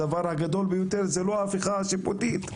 הדבר הגדול ביותר זה לא ההפיכה השיפוטית,